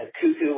Cuckoo